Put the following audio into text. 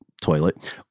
toilet